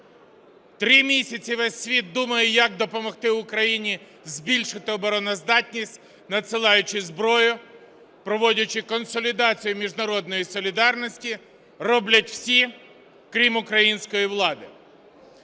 Три місяці весь світ думає, як допомогти Україні збільшити обороноздатність, надсилаючи зброю, проводячи консолідацію міжнародної солідарності, роблять всі крім української влади.